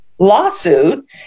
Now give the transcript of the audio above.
lawsuit